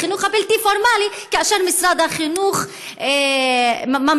לחינוך הבלתי-פורמלי כאשר משרד החינוך ממשיך